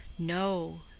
no,